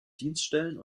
dienststellen